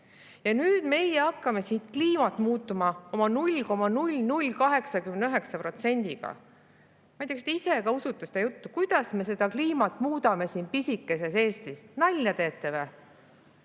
Ja nüüd meie hakkame siit kliimat muutma oma 0,0089%-ga! Ma ei tea, kas te ise ka usute seda juttu. Kuidas me seda kliimat muudame siin pisikeses Eestis? Nalja teete või?